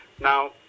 Now